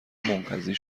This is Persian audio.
منقضی